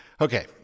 okay